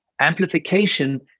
Amplification